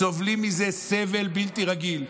סובלים מזה סבל בלתי רגיל.